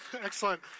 Excellent